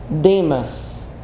Demas